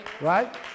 Right